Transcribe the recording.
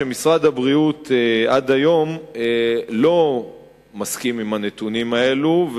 שמשרד הבריאות עד היום לא מסכים עם הנתונים הללו,